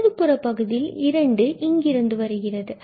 வலதுபுற பகுதியில் இரண்டு இங்கிருந்து வருகிறது